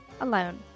alone